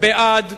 בעד,